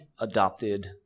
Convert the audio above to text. adopted